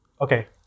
okay